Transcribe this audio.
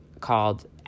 called